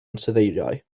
ansoddeiriau